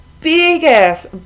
biggest